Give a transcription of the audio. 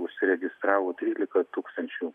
užsiregistravo trylika tūkstančių